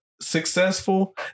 successful